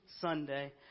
Sunday